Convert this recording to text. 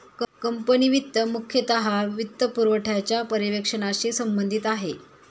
company वित्त मुख्यतः वित्तपुरवठ्याच्या पर्यवेक्षणाशी संबंधित आहे